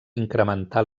incrementar